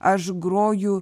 aš groju